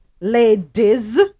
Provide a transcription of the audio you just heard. ladies